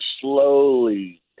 slowly